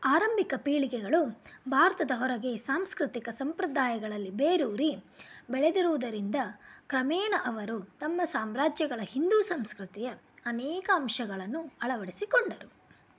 ಆರಂಭಿಕ ಪೀಳಿಗೆಗಳು ಭಾರತದ ಹೊರಗೆ ಸಾಂಸ್ಕೃತಿಕ ಸಂಪ್ರದಾಯಗಳಲ್ಲಿ ಬೇರೂರಿ ಬೆಳೆದಿರುವುದರಿಂದ ಕ್ರಮೇಣ ಅವರು ತಮ್ಮ ಸಾಮ್ರಾಜ್ಯಗಳ ಹಿಂದೂ ಸಂಸ್ಕೃತಿಯ ಅನೇಕ ಅಂಶಗಳನ್ನು ಅಳವಡಿಸಿಕೊಂಡರು